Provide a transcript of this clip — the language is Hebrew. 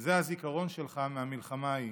זה הזיכרון שלך מהמלחמה ההיא.